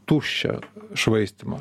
tuščią švaistymą